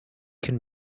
can